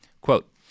Quote